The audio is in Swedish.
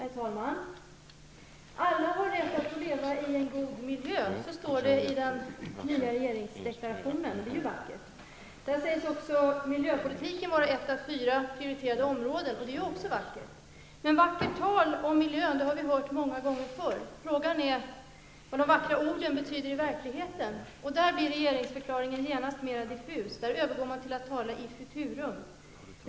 Herr talman! Alla har rätt att få leva i en god miljö. Så står det i den nya regeringsdeklarationen. Det är ju vackert. Där sägs också miljöpolitiken vara ett av fyra prioriterade områden. Det är också vackert. Men vackert tal om miljön har vi hört många gånger förr. Frågan är vad de vackra orden betyder i verkligheten. Där blir regeringsförklaringen genast mer diffus. Där övergår man till att tala i futurum.